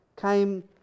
came